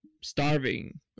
starving